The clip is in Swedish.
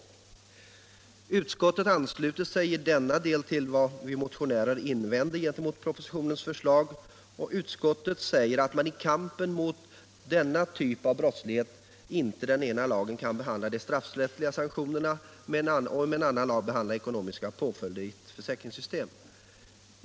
Trafikskadelag Utskottet ansluter sig i denna del till vad vi motionärer har invänt — m.m. mot propositionens förslag och säger att i kampen mot denna typ av brottslighet kan inte den ena lagen behandla de straffrättsliga sanktionerna och en annan lag de ekonomiska påföljderna i ett försäkringssystem.